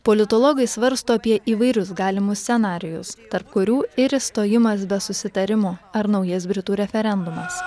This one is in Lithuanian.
politologai svarsto apie įvairius galimus scenarijus tarp kurių ir išstojimas be susitarimo ar naujas britų referendumas